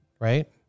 right